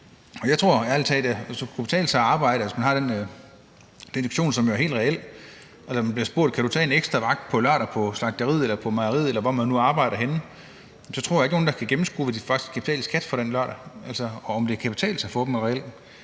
Jeg tror ærlig talt, at hvis det kunne betale sig at arbejde, og hvis man har den dedikation, som er helt reel, når man bliver spurgt, om man kan tage en ekstra vagt på lørdag på slagteriet eller på mejeriet, eller hvor man nu arbejder henne, tror jeg ikke, der var nogen, der kunne gennemskue, hvad de faktisk skal betale i skat for den lørdag, og om det kan betale sig for dem, og det